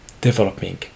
developing